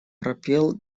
пропел